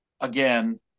again